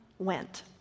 Went